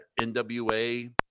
NWA